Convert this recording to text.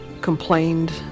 complained